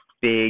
big